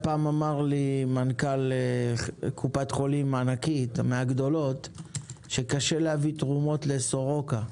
פעם אמר לי מנכ"ל קופת חולים ענקית שקשה להביא תרומות לסורוקה.